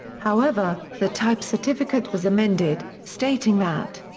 however, the type certificate was amended, stating that.